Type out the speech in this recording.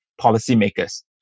policymakers